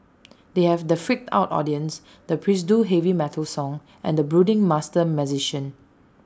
they have the freaked out audience the pseudo heavy metal song and the brooding master magician